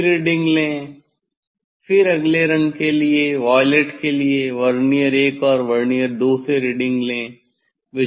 फिर रीडिंग लें फिर अगले रंग के लिए वायलेट के लिए वर्नियर 1 और वर्नियर 2 से रीडिंग लें